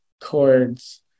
chords